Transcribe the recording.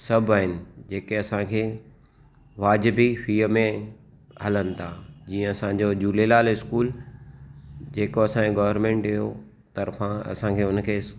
सभु आहिनि जेके असांखे वाजिबी फीय में हलनि था जीअं असांजो झूलेलाल स्कूल जेको असांजो गवर्मेंट जो तरफ़ा असांखे हुन खे